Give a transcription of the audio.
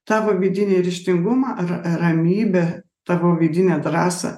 tavo vidinį ryžtingumą ar ramybę tavo vidinę drąsą